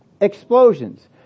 Explosions